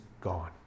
gone